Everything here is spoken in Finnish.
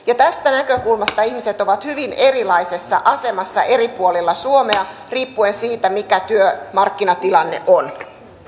tästä näkökulmasta ihmiset ovat hyvin erilaisessa asemassa eri puolilla suomea riippuen siitä mikä työmarkkinatilanne on